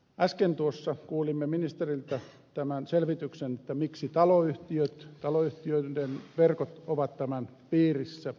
äsken tuossa kuulimme ministeriltä tämän selvityksen että miksi taloyhtiöiden verkot ovat tämän piirissä